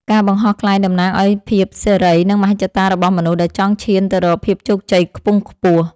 ការបង្ហោះខ្លែងតំណាងឱ្យភាពសេរី និងមហិច្ឆតារបស់មនុស្សដែលចង់ឈានទៅរកភាពជោគជ័យខ្ពង់ខ្ពស់។